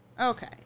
okay